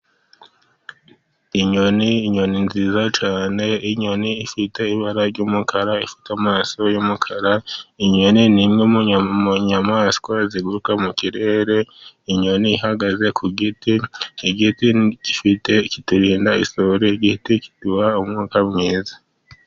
Inyoni, inyoni nziza cyane, inyoni ifite ibara ry’umukara, ifite amaso y’umukara. Inyoni ni imwe mu nyamaswa ziguruka mu kirere. Inyoni ihagaze ku giti; igiti kiturinda isuri, igiti kiduha umwuka mwiza.